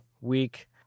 week